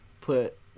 put